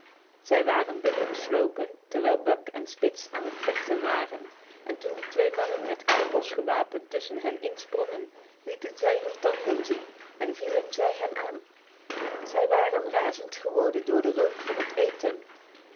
zij waren binnengeslopen terwijl buck en spitz aan het vechten waren en toen de twee mannen met knuppels gewapend tussen hen in sprongen lieten zij hun tanden zien en vielen zij hen aan zij waren razend geworden door de reuk van het eten